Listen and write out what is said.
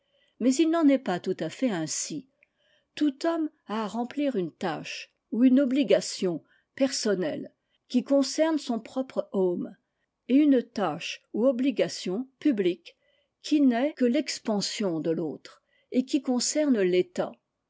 m ish n'en est pas tout à fait ainsi tout homme a à remplir une tâche ou une obligation personnelle quiconcerneson propre home et une tâche obligation publique qui n'est que l'expansion t